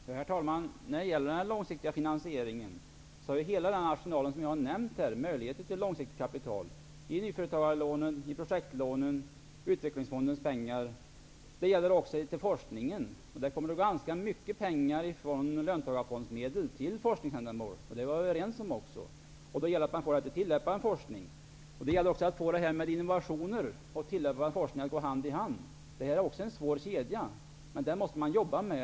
Herr talman! När det gäller den långsiktiga finansieringen finns det, med den stora arsenal som jag har nämnt, nämligen nyföretagarlånen, projektlånen och Utvecklingsfondens pengar, möjlighet till kapital. Detsamma gäller för forskningen. Det kommer ganska mycket pengar från löntagarfondsmedlen till forskningsändamål, vilket vi också var överens om. Det gäller också att få innovationer och tillämpad forskning att gå hand i hand. Det är en svår kedja, och den måste man jobba med.